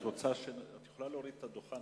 את יכולה להוריד את הדוכן.